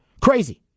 Crazy